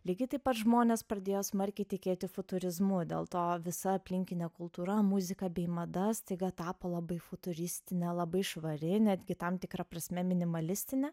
lygiai taip pat žmonės pradėjo smarkiai tikėti futurizmu dėl to visa aplinkinė kultūra muzika bei mada staiga tapo labai futuristinė labai švari netgi tam tikra prasme minimalistinė